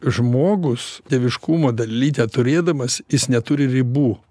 žmogus dieviškumo dalelytę turėdamas jis neturi ribų